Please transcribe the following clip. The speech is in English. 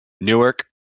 Newark